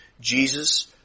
Jesus